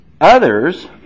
Others